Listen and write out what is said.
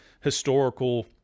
historical